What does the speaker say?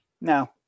No